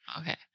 okay